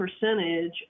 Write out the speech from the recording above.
percentage